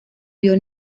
vio